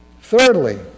Thirdly